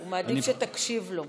הוא מעדיף שתקשיב לו.